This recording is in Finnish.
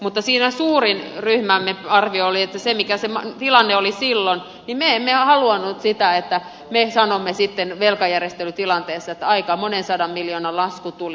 mutta siinä ryhmämme suurin arvio oli liittyen siihen mikä se tilanne oli silloin että me emme halunneet sitä että me sanomme sitten velkajärjestelytilanteessa että aika monen sadan miljoonan lasku tuli